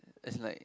as in like